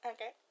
Okay